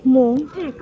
ମୁଁ